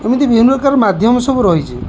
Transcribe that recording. ଏମିତି ବିଭିନ୍ନ ପ୍ରକାର ମାଧ୍ୟମ ସବୁ ରହିଛି